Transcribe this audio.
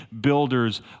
builders